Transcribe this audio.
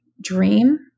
dream